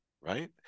right